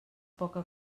poca